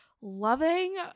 loving